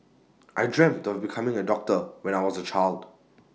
I dreamt of becoming A doctor when I was A child